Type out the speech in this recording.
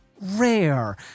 Rare